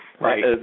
right